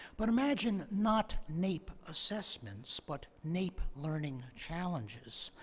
but imagine not naep assessments but naep learning challenges.